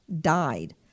died